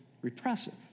repressive